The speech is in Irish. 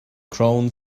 crann